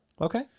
okay